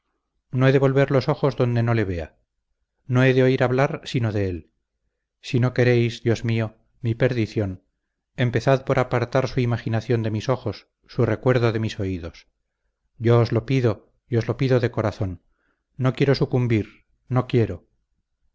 no he de volver los ojos donde no le vea no he de oír hablar sino de él si no queréis dios mío mi perdición empezad por apartar su imaginación de mis ojos su recuerdo de mis oídos yo os lo pido y os lo pido de corazón no quiero sucumbir no quiero